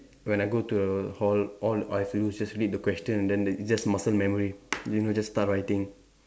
when I go to the hall all I have to do is just read the question and then it's just muscle memory you know just start writing